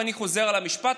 ואני חוזר על המשפט,